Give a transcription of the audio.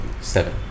Seven